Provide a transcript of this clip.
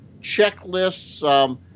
checklists